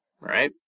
right